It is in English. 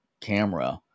camera